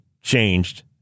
changed